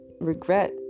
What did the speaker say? regret